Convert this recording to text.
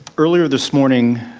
earlier this morning,